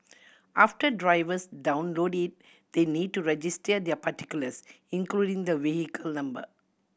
after drivers download it they need to register their particulars including the vehicle number